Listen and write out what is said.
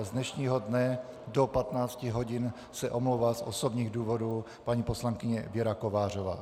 Z dnešního dne do 15 hodin se omlouvá z osobních důvodů paní poslankyně Věra Kovářová.